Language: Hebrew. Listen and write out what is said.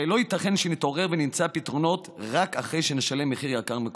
הרי לא ייתכן שנתעורר ונמצא פתרונות רק אחרי שנשלם את המחיר היקר מכול.